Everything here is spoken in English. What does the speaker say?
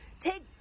Take